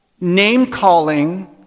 name-calling